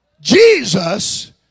Jesus